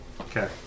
Okay